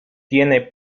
tiene